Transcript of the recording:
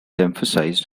emphasized